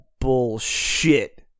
bullshit